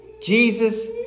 Jesus